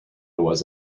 was